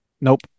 Nope